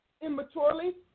immaturely